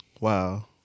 Wow